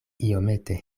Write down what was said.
iomete